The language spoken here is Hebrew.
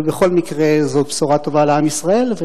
ובכל מקרה זאת בשורה טובה לעם ישראל.